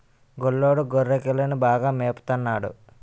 గొల్లోడు గొర్రెకిలని బాగా మేపత న్నాడు